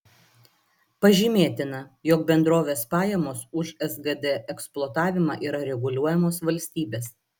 pažymėtina jog bendrovės pajamos už sgd eksploatavimą yra reguliuojamos valstybės